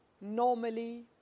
normally